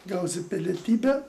gausi pilietybę